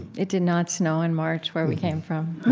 it did not snow in march where we came from